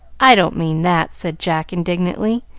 i don't mean that! said jack indignantly.